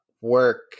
work